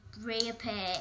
reappear